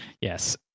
Yes